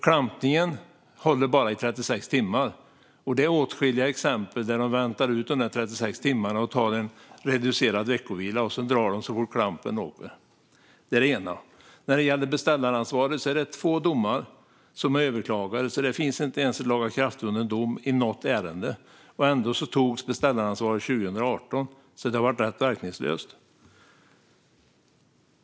Klampningen håller bara i 36 timmar. Det finns åtskilliga exempel där de väntar ut de 36 timmarna. De tar en reducerad veckovila, och sedan drar de så fort klampen åker av. Sedan var det beställaransvaret. Två domar har överklagats. Det finns inte ens en lagakraftvunnen dom i något ärende. Ändå antogs beställaransvaret 2018 - så det har varit verkningslöst.